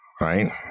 right